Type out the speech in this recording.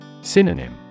Synonym